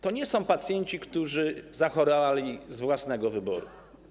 To nie są pacjenci, którzy zachorowali z własnego wyboru.